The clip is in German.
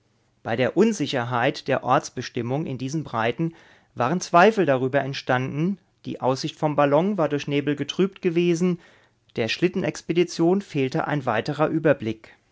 bei der unsicherheit der ortsbestimmung in diesen breiten waren zweifel darüber entstanden die aussicht vom ballon war durch nebel getrübt gewesen der schlittenexpedition fehlte ein weiterer überblick